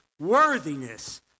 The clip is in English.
Worthiness